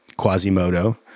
Quasimodo